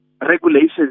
regulations